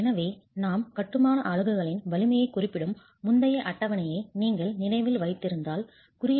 எனவே நாம் கட்டுமான அலகுகளின் வலிமையைக் குறிப்பிடும் முந்தைய அட்டவணையை நீங்கள் நினைவில் வைத்திருந்தால் குறியீட்டின்படி 3